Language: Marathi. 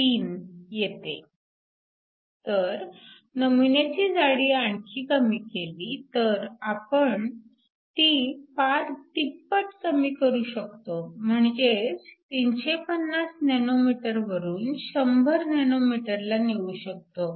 तर नमुन्याची जाडी आणखी कमी केली तर आपण ती पार तिप्पट कमी करू शकतो म्हणजेच 350 nm वरून 100 nm ला नेऊ शकतो